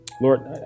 Lord